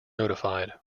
notified